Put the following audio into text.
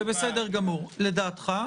זה בסדר גמור, לדעתך.